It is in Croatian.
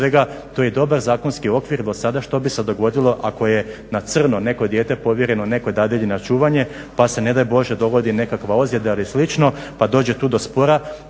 to je i dobar zakonski okvir do sada, što bi se dogodilo ako je na crno neko dijete povjereno nekoj dadilji na čuvanje pa se ne daj Bože dogodi nekakva ozljeda ili slično pa dođe tu do spora